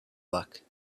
luck